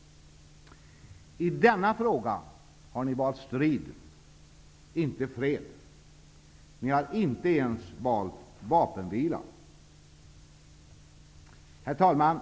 I denna fråga har ni valt strid, inte fred. Ni har inte ens valt vapenvila. Herr talman!